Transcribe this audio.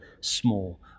small